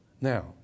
Now